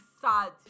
sad